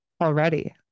Already